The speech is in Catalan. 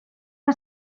que